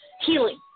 healing